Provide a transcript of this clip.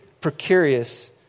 precarious